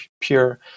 pure